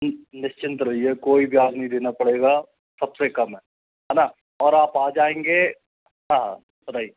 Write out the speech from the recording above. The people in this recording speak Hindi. निश्चिंत रहिए कोई ब्याज नहीं देना पड़ेगा सबसे कम है है ना और आप आ जाएंगे हाँ बताइए